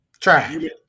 Try